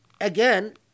again